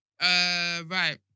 right